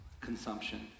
consumption